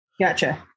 Gotcha